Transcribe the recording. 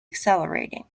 accelerating